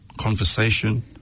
conversation